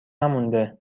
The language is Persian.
نمونده